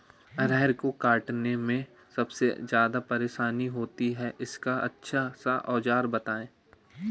अरहर को काटने में सबसे ज्यादा परेशानी होती है इसका अच्छा सा औजार बताएं?